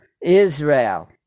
Israel